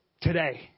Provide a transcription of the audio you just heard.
today